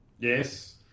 Yes